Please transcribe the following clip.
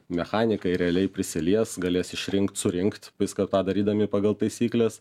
mechanikai realiai prisilies galės išrinkt surinkt viską tą darydami pagal taisykles